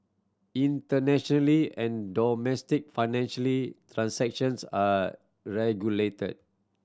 internationally and domestic financially transactions are regulated